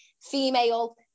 female